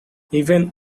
even